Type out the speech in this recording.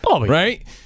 right